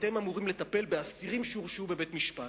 אתם אמורים לטפל באסירים שהורשעו בבית-משפט.